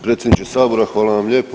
Predsjedniče Sabora hvala vam lijepo.